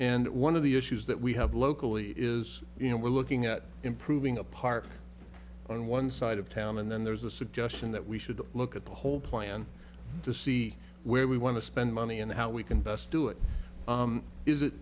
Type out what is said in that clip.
and one of the issues that we have locally is you know we're looking at improving a part on one side of town and then there's a suggestion that we should look at the whole plan to see where we want to spend money and how we can best do it is it